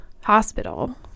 hospital